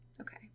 Okay